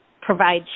provide